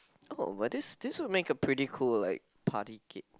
oh but this this would make a pretty cool like party game